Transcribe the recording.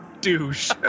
douche